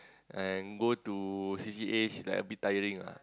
and go to C_C_A is like a bit tiring ah